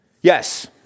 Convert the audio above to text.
Yes